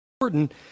important